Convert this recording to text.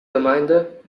gemeinde